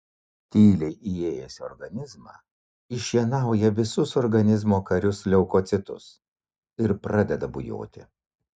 tyliai įėjęs į organizmą iššienauja visus organizmo karius leukocitus ir pradeda bujoti